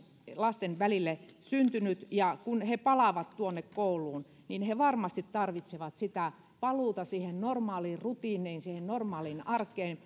lasten välille ja kun he he palaavat kouluun niin he varmasti tarvitsevat paluuta siihen normaaliin rutiiniin siihen normaaliin arkeen